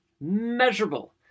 measurable